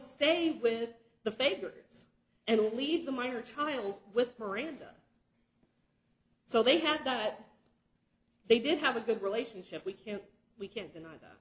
stay with the favorites and leave the minor child with marina so they had that they did have a good relationship we can't we can't deny that